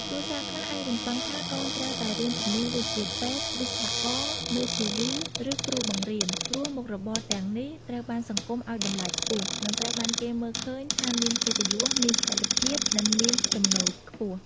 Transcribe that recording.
គ្រួសារខ្លះអាចរំពឹងថាកូនត្រូវតែរៀនជំនាញដូចជា ពេទ្យ វិស្វករ មេធាវី ឬគ្រូបង្រៀន ព្រោះមុខរបរទាំងនេះត្រូវបានសង្គមឲ្យតម្លៃខ្ពស់ និងត្រូវបានគេមើលឃើញថាមានកិត្តិយស មានស្ថិរភាព ឬមានចំណូលខ្ពស់។